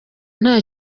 nta